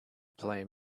play